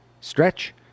stretch